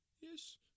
Yes